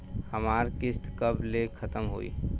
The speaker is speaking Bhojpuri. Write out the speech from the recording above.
हमार किस्त कब ले खतम होई?